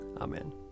Amen